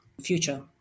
future